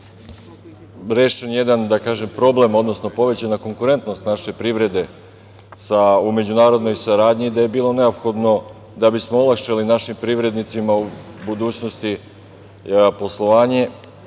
da kažem, problem, odnosno povećana konkurentnost naše privrede u međunarodnoj saradnji i da je bilo neophodno da bismo olakšali našim privrednicima u budućnosti poslovanje